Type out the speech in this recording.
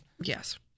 Yes